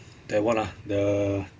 that what ah the